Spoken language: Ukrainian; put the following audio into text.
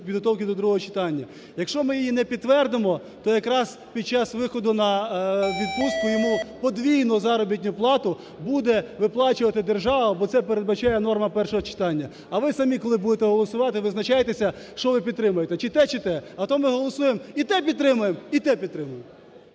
підготовки до другого читання. Якщо ми її не підтвердимо, то якраз під час виходу у відпустку йому подвійну заробітну плату буде виплачувати держава. Бо це передбачає норма першого читання. А ви самі, коли будете голосувати, визначайтесь, що ви підтримуєте, чи те, чи те. А то ми голосуємо, і те підтримуємо, і те підтримуємо!